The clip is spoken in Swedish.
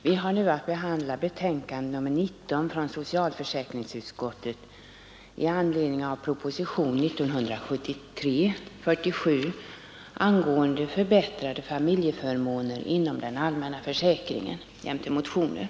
Herr talman! Vi behandlar nu socialförsäkringsutskottets betänkande nr 19 i anledning av propositionen 47 angående förbättrade familjeförmåner inom den allmänna försäkringen jämte motioner.